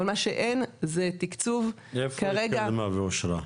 אבל מה שאין זה תקצוב כרגע --- איפה היא התקדמה ואושרה?